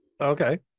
Okay